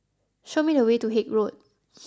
show me the way to Haig Road